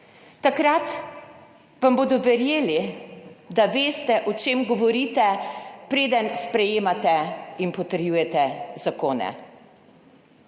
Takrat vam bodo verjeli, da veste, o čem govorite, preden sprejemate in potrjujete zakone.